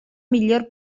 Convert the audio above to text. millor